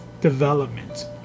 development